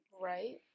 Right